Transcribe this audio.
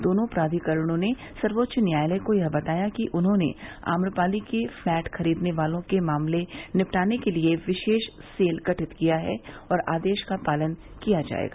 दोनों प्राधिकरणों ने सर्वेच्च न्यायालय को बताया कि उन्होंने आम्रपाली के फ्लैट खरीदने वालों के मामले निपटाने के लिए विशेष सेल गठित किया है और आदेश का पालन किया जायेगा